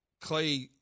Clay